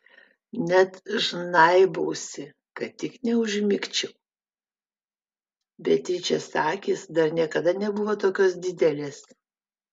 net žnaibausi kad tik neužmigčiau beatričės akys dar niekada nebuvo tokios didelės